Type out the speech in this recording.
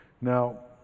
Now